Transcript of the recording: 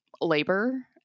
labor